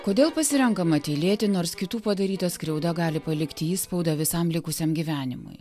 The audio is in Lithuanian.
kodėl pasirenkama tylėti nors kitų padaryta skriauda gali palikti įspaudą visam likusiam gyvenimui